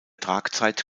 tragzeit